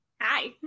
Hi